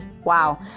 wow